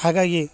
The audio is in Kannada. ಹಾಗಾಗಿ